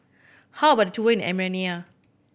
how about a tour in Armenia